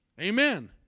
Amen